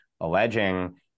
alleging